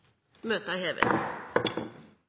Møtet er hevet.